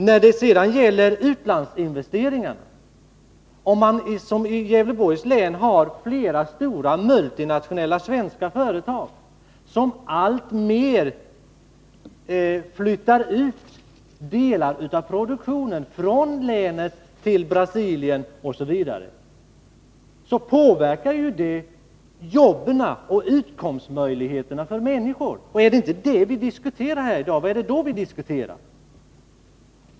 Beträffande utlandsinvesteringarna: Om man som i Gävleborgs län har flera stora multinationella svenska företag, som alltmer flyttar ut delar av produktionen från länet till Brasilien, påverkar det jobben och utkomstmöjligheterna för människorna. Om det inte är detta vi diskuterar här i dag, vad är det då vi diskuterar?